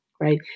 right